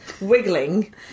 wiggling